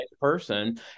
person